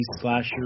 slasher